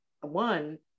one